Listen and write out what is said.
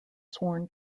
sworn